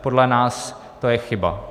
Podle nás to je chyba.